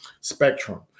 spectrum